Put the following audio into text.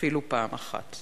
אפילו פעם אחת?